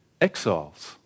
exiles